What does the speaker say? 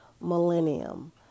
millennium